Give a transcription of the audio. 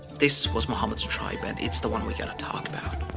this was muhammad's tribe and it's the one we got to talk about.